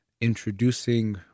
introducing